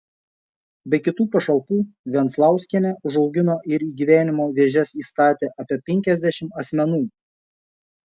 be kitų pašalpų venclauskienė užaugino ir į gyvenimo vėžes įstatė apie penkiasdešimt asmenų